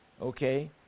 okay